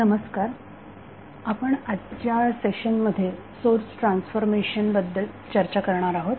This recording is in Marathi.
नमस्कार आपण आजच्या सेशनमध्ये सोर्स ट्रान्सफॉर्मेशन बद्दल चर्चा करणार आहोत